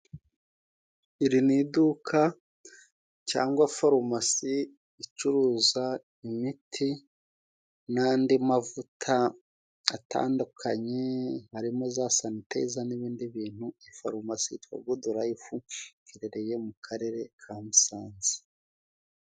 Iri ni iduka cyangwa farumasi icuruza imiti n'andi mavuta atandukanye harimo: za sanitaziza n'ibindi bintu. Farumasi yitwa gudu rayifu iherereye mu karere ka Musanze.